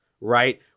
right